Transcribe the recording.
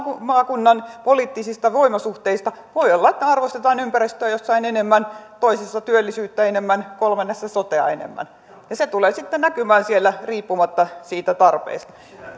maakunnan poliittisista voimasuhteista voi olla että jossain arvostetaan ympäristöä enemmän toisessa työllisyyttä enemmän kolmannessa sotea enemmän ja se tulee sitten näkymään riippumatta siitä tarpeesta